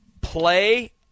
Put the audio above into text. play